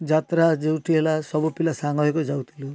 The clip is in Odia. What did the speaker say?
ଯାତ୍ରା ଯେଉଁଠି ହେଲା ସବୁପିଲା ସାଙ୍ଗ ହୋଇକି ଯାଉଥିଲୁ